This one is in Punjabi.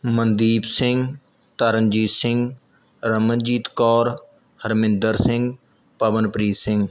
ਮਨਦੀਪ ਸਿੰਘ ਤਰਨਜੀਤ ਸਿੰਘ ਰਮਨਜੀਤ ਕੌਰ ਹਰਮਿੰਦਰ ਸਿੰਘ ਪਵਨਪ੍ਰੀਤ ਸਿੰਘ